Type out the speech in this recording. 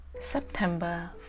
September